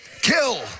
kill